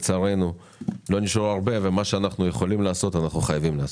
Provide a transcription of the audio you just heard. לצערנו לא נשארו הרבה ואת מה שאנחנו יכולים לעשות אנחנו חייבים לעשות.